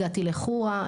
הגעתי לחורה,